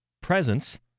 Presence